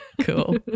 Cool